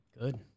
Good